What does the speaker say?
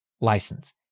license